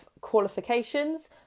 qualifications